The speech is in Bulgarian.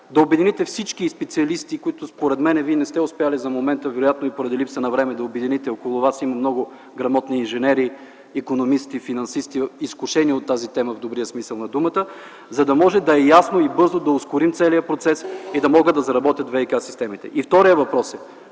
да обедините всички специалисти, които, според мен, Вие не сте успели до момента, вероятно и поради липса на време, да обедините - около Вас има много грамотни инженери, икономисти, финансисти, изкушени от тази тема в добрия смисъл на думата, за да може ясно и бързо да ускорим целия процес и да могат да заработят ВиК-системите. (Председателят